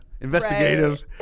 investigative